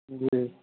जी